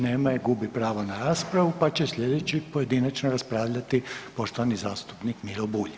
Nema je, gubi pravo na raspravu. pa će sljedeći pojedinačno raspravljati poštovani zastupnik Miro Bulj.